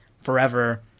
forever